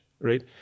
right